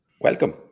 Welcome